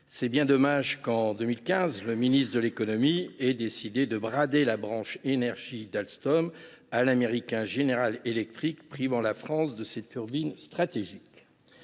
EPR. Quel dommage que, en 2015, le ministre de l’économie ait décidé de brader la branche énergie d’Alstom à l’américain General Electric, privant ainsi la France de ses turbines stratégiques